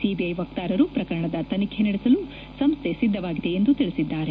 CBI ವಕ್ತಾರರು ಪ್ರಕರಣದ ತನಿಖೆ ನಡೆಸಲು ಸಂಸ್ತೆ ಸಿದ್ದವಾಗಿದೆ ಎಂದು ತಿಳಿಸಿದ್ದಾರೆ